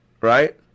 right